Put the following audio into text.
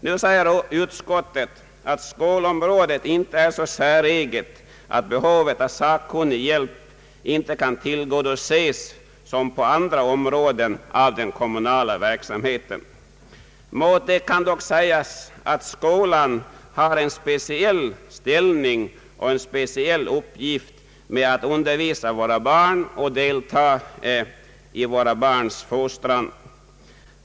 Nu säger utskottet att skolområdet inte är så säreget att behovet av sakkunig hjälp inte kan tillgodoses som på andra områden av den kommunala verksamheten. Mot detta kan dock sägas att skolan har en speciell ställning och en speciell uppgift att undervisa våra barn och delta i våra barns fostran.